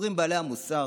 אומרים בעלי המוסר: